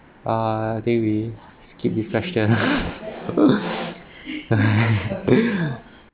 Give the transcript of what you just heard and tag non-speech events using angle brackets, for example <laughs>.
uh they will give me passion ah <laughs>